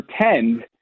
pretend